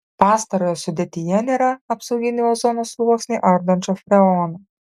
pastarojo sudėtyje nėra apsauginį ozono sluoksnį ardančio freono